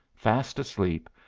fast asleep,